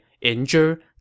injure